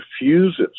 refuses